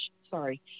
Sorry